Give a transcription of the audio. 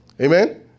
Amen